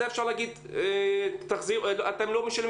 אז אפשר היה להגיד אתם לא משלמים